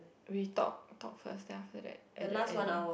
we talk talk first then after that at the end